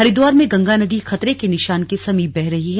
हरिद्वार में गंगा नदी खतरे के निशान के समीप बह रही है